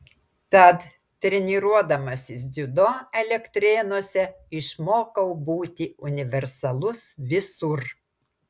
tad treniruodamasis dziudo elektrėnuose išmokau būti universalus visur